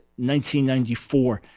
1994